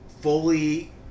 fully